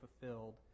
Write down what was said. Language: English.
fulfilled